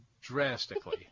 drastically